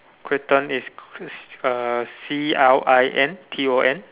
Clinton is uh C L I N T O N